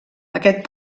aquest